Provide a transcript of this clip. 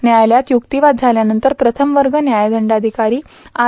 न्यायालयात युक्तिवाद झाल्यानंतर प्रथम वर्ग न्यायदंडाधिकारी आर